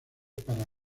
para